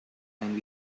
and